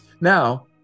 Now